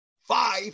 five